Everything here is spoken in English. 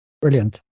Brilliant